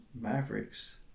Mavericks